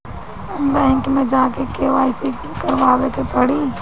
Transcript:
Bank मे जा के के.वाइ.सी करबाबे के पड़ी?